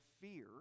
fear